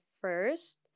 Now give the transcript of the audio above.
first